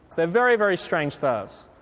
they're very, very strange stars.